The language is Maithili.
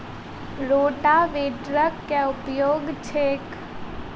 रोटावेटरक केँ उपयोग छैक?